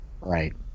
right